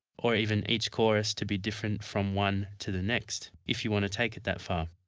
or even each chorus to be different from one to the next if you wanna take it that far.